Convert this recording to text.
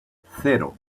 cero